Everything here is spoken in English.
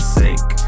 sake